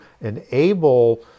enable